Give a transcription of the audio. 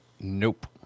Nope